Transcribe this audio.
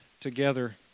together